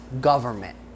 government